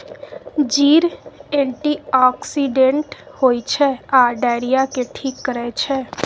जीर एंटीआक्सिडेंट होइ छै आ डायरिया केँ ठीक करै छै